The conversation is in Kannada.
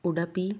ಉಡುಪಿ